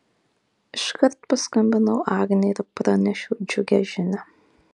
iškart paskambinau agnei ir pranešiau džiugią žinią